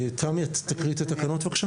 תמי, את תקריאי את התקנות בבקשה.